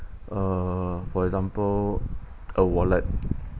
uh for example a wallet